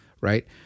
right